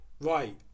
right